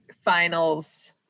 finals